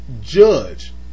Judge